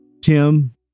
Tim